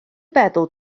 feddwl